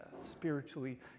spiritually